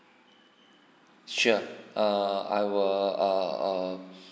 sure err I will err